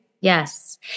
yes